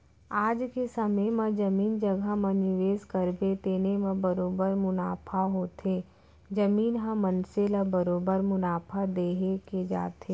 आज के समे म जमीन जघा म निवेस करबे तेने म बरोबर मुनाफा होथे, जमीन ह मनसे ल बरोबर मुनाफा देके ही जाथे